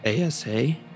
ASA